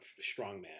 strongman